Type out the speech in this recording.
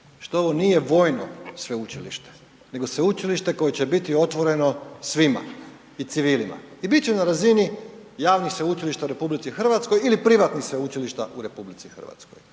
što ovo nije vojno sveučilište nego sveučilište koje će biti otvoreno svima i civilima i bit će na razini javnih sveučilišta u RH ili privatnih sveučilišta u RH, ali neće proći